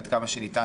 עד כמה שניתן.